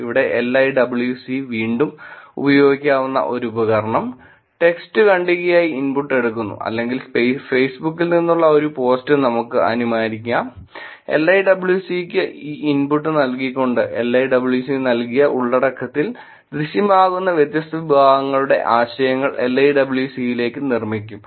ഇവിടെ LIWC വീണ്ടും ഉപയോഗിക്കാവുന്ന ഒരു ഉപകരണം ടെക്സ്റ്റ് ഖണ്ഡികയായി ഇൻപുട്ട് എടുക്കുന്നു അല്ലെങ്കിൽ Facebook ൽ നിന്നുള്ള ഒരു പോസ്റ്റ് നമുക്ക് അനുമാനിക്കാം LIWC യ്ക്ക് ഈ ഇൻപുട്ട് നൽകിക്കൊണ്ട് LIWC നൽകിയ ഉള്ളടക്കത്തിൽ ദൃശ്യമാകുന്ന വ്യത്യസ്ത വിഭാഗങ്ങളുടെ ആശയങ്ങൾ LIWC യിലേക്ക് നിർമ്മിക്കും